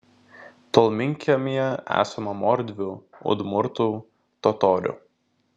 tolminkiemyje esama mordvių udmurtų totorių